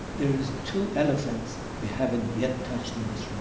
there is two elephants we haven't yet touched in this